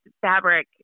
fabric